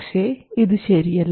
പക്ഷേ ഇത് ശരിയല്ല